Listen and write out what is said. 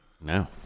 No